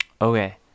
Okay